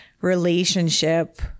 relationship